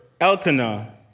Elkanah